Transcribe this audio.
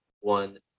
one